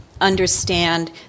understand